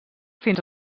fins